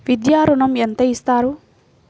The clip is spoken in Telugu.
విద్యా ఋణం ఎంత ఇస్తారు?